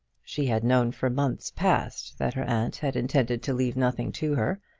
she had known for months past that her aunt had intended to leave nothing to her,